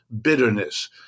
bitterness